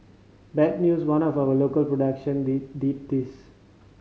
bad news one of the local production did this